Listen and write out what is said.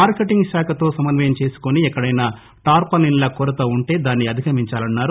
marketing శాఖతో సమన్నయం చేసుకుని ఎక్కడైనా టార్పాలిన్ల కొరత ఉంటే దాన్ని అధిగమించాలన్నారు